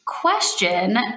Question